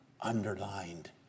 underlined